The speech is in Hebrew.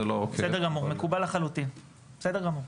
בסדר גמור מקובל לחלוטין, בסדר גמור.